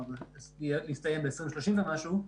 להסתיים ב-2030 ומשהו.